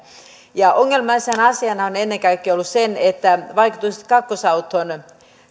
ongelmaisena asiana ovat olleet ennen kaikkea vaikutukset kakkosautoon